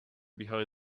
behind